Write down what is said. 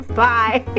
bye